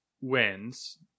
wins